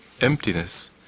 emptiness